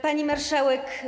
Pani Marszałek!